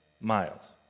miles